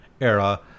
era